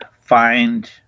find